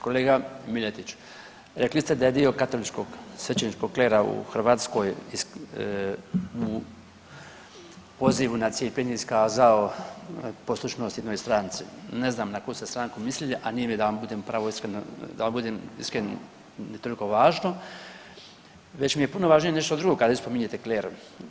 Kolega Miletić, rekli ste da je dio katoličkog svećeničkog klera u Hrvatskoj u pozivu na cijepljenje iskazao poslušnost jednoj stranci, ne znam na koju ste stranku mislili, a nije mi da vam budem iskren ni toliko važno već mi je puno važnije nešto drugo kad vi spominjete kler.